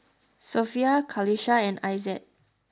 Sofea Qalisha and Aizat